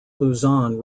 luzon